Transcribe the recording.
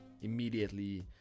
immediately